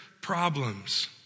problems